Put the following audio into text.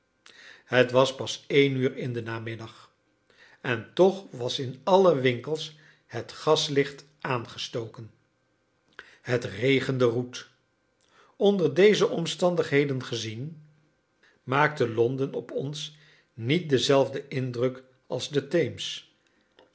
het was pas één uur in den namiddag en toch was in alle winkels het gaslicht aangestoken het regende roet onder deze omstandigheden gezien maakte londen op ons niet denzelfden indruk als de theems